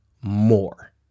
more